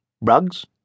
Rugs